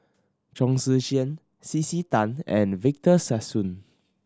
Chong Tze Chien C C Tan and Victor Sassoon